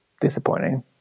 disappointing